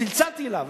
צלצלתי אליו,